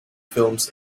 films